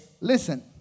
Listen